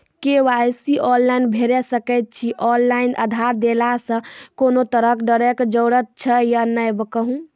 KYC online भैरि सकैत छी, ऑनलाइन आधार देलासॅ कुनू तरहक डरैक जरूरत छै या नै कहू?